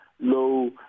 low